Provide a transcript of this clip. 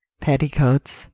petticoats